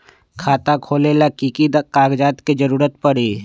खाता खोले ला कि कि कागजात के जरूरत परी?